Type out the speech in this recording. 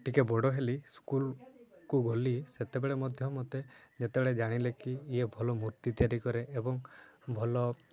ଟିକେ ବଡ଼ ହେଲି ସ୍କୁଲକୁ ଗଲି ସେତେବେଳେ ମଧ୍ୟ ମୋତେ ଯେତେବେଳେ ଜାଣିଲେ କି ଇଏ ଭଲ ମୂର୍ତ୍ତି ତିଆରି କରେ ଏବଂ ଭଲ